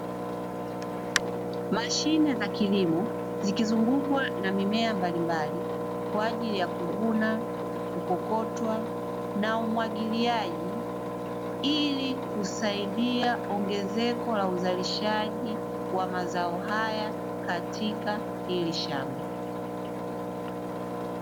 Mashine za kilimo zikizungukwa na mimea mbalimbali kwa ajili ya kuvunwa, kukokotwa na umwagiliaji, ili kusaidia ongezeko la uzalishaji wa mazao haya katika hili shamba.